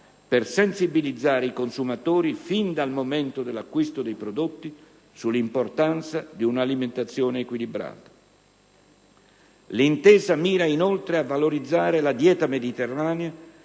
per sensibilizzare i consumatori, fin dal momento dell'acquisto dei prodotti, sull'importanza di una alimentazione equilibrata. L'intesa mira, inoltre, a valorizzare la dieta mediterranea,